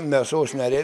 mėsos nerei